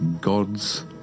gods